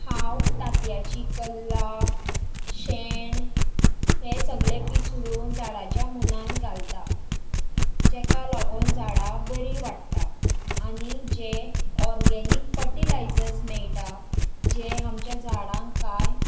हांव तातयांची कल्लां शेण हें सगळें पिसडून झाडांच्या मुळांत घालतां जाका लागून झाडां बरी वाडटा आनी जे ऑर्गेनीक फर्टीलायजर्स मेळटा जें आमच्या झाडांक कांय